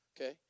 Okay